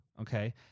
Okay